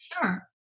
Sure